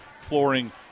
Flooring